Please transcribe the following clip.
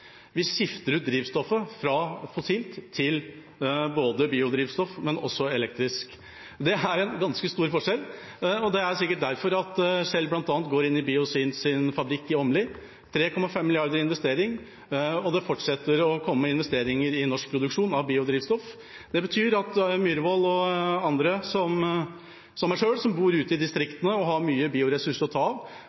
elektrisk. Det er en ganske stor forskjell, og det er sikkert derfor Shell bl.a. går inn i Biozins fabrikk i Åmli – med 3,5 mrd. kr i investering – og det fortsetter å komme investeringer i norsk produksjon av biodrivstoff. Det betyr at representanten Myhrvold og andre, som meg selv, som bor ute i distriktene og har mye bioressurser å ta av,